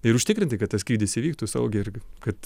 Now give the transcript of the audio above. ir užtikrinti kad tas skrydis įvyktų saugiai ir kad